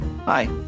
Hi